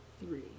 three